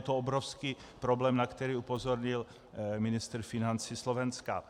Je to obrovský problém, na který upozornil ministr financí Slovenska.